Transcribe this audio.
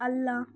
ಅಲ್ಲ